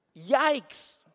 yikes